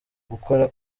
gukora